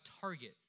target